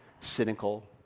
cynical